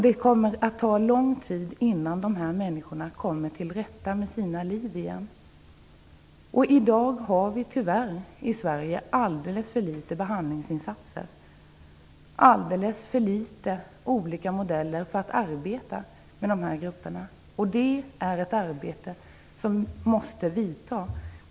Det kommer att ta lång tid innan dessa människor kommer till rätta med sina liv igen. I dag görs i Sverige, tyvärr, alldeles för litet behandlingsinsatser. Det finns alldeles för litet modeller för att arbeta med dessa grupper. Det är ett arbete som måste vidgas.